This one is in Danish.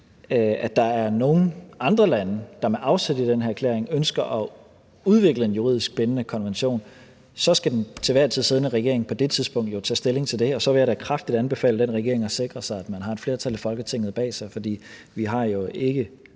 der er nogen andre lande, der med afsæt i den her erklæring ønsker at udvikle en juridisk bindende konvention, skal den til enhver tid siddende regering på det tidspunkt jo tage stilling til det, og så vil jeg da kraftigt anbefale den regering at sikre sig, at man har et flertal i Folketinget bag sig. For vi har jo ikke